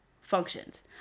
functions